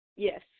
Yes